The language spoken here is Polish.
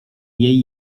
jej